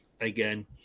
again